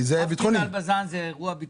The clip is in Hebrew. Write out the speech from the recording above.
עף טיל מעל בז"ן, זה אירוע ביטחוני.